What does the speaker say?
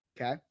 Okay